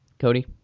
Cody